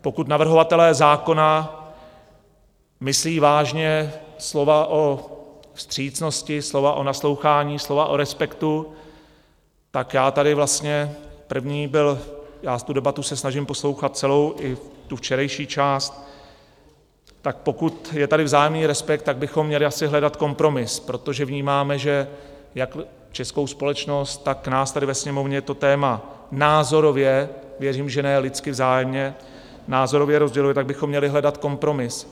Pokud navrhovatelé zákona myslí vážně slova o vstřícnosti, slova o naslouchání, slova o respektu, tak já tady vlastně první byl, já tu debatu se snažím poslouchat celou i tu včerejší část pokud je tady vzájemný respekt, tak bychom měli asi hledat kompromis, protože vnímáme, že jak českou společnost, tak nás tady ve Sněmovně to téma názorově věřím, že ne lidsky vzájemně názorově rozděluje, tak bychom měli hledat kompromis.